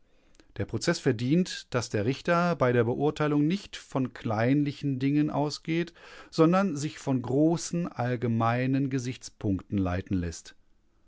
der prozeß verdient daß der richter bei der beurteilung nicht von kleinlichen dingen ausgeht sondern sich von großen allgemeinen gesichtspunkten leiten läßt